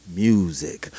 music